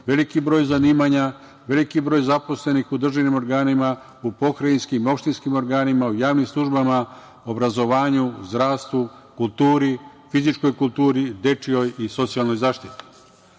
veliki broj zanimanja, veliki broj zaposlenih u državnim organima, u pokrajinskim, opštinskim organima, u javnim službama, obrazovanju, zdravstvu, kulturi, fizičkoj kulturi, dečijoj i socijalnoj zaštiti.